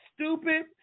stupid